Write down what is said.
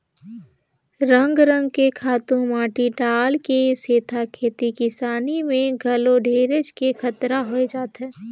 रंग रंग के खातू माटी डाले के सेथा खेती किसानी में घलो ढेरेच के खतरा होय जाथे